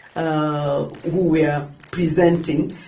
ah were were presenting.